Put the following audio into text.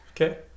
Okay